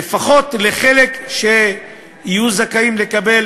ולפחות החלק שיהיו זכאים לקבל